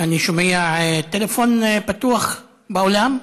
אני שומע טלפון פתוח באולם?